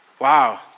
Wow